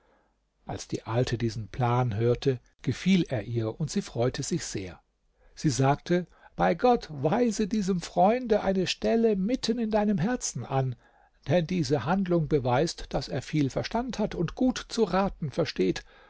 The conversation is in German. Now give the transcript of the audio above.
als die alte diesen plan hörte gefiel er ihr und sie freute sich sehr sie sagte bei gott weise diesem freunde eine stelle mitten in deinem herzen an denn diese handlung beweist daß er viel verstand hat und gut zu raten versteht